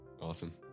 Awesome